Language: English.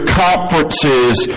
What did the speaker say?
conferences